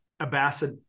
Abbasid